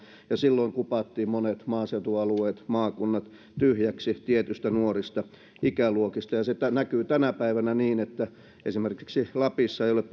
ja silloin kupattiin monet maaseutualueet maakunnat tyhjäksi tietyistä nuorista ikäluokista ja se näkyy tänä päivänä niin että esimerkiksi lapissa ei ole